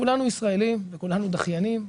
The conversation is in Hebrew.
כולנו ישראלים וכולנו דחיינים,